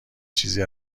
چیزی